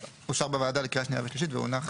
בוועדה לקריאה שנייה ושלישית, והונח